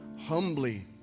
humbly